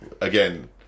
again